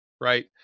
right